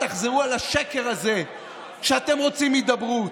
תחזרו על השקר הזה שאתם רוצים הידברות?